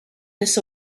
this